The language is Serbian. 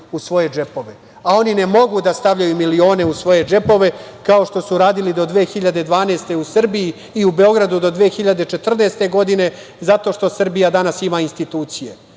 u svoje džepove. Oni ne mogu da stavljaju milione u svoje džepove kao što su radili do 2012. godine u Srbiji i u Beogradu do 2014. godine zato što Srbija danas ima institucije,